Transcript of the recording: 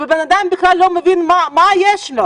והבן אדם בכלל לא מבין מה יש לו